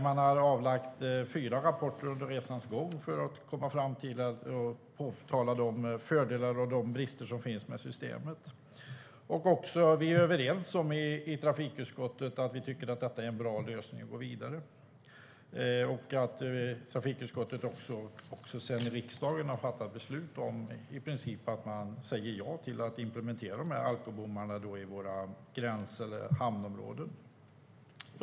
Man har avlämnat fyra rapporter under resans gång, för att påtala de fördelar och brister som finns med systemet. I trafikutskottet är vi överens om att vi tycker att detta är en bra lösning att gå vidare med, och trafikutskottet och sedan också riksdagen har fattat beslut om att i princip säga ja till att implementera alkobommar vid våra gränser, i hamnområdena.